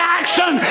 action